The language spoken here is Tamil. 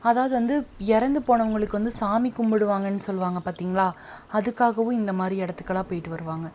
அதாவது வந்து இறந்து போனவங்களுக்கு வந்து சாமி கும்பிடுவாங்கன்னு சொல்லுவாங்க பார்த்திங்களா அதுக்காகவும் இந்த மாதிரி இடத்துக்கெல்லாம் போய்ட்டு வருவாங்க